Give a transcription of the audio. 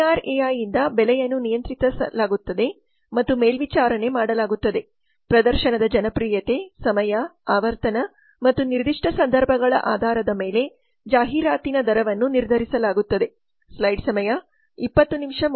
TRAI ಯಿಂದ ಬೆಲೆಯನ್ನು ನಿಯಂತ್ರಿಸಲಾಗುತ್ತದೆ ಮತ್ತು ಮೇಲ್ವಿಚಾರಣೆ ಮಾಡಲಾಗುತ್ತದೆ ಪ್ರದರ್ಶನದ ಜನಪ್ರಿಯತೆ ಸಮಯ ಆವರ್ತನ ಮತ್ತು ನಿರ್ದಿಷ್ಟ ಸಂದರ್ಭಗಳ ಆಧಾರದ ಮೇಲೆ ಜಾಹೀರಾತಿನ ದರವನ್ನು ನಿರ್ಧರಿಸಲಾಗುತ್ತದೆ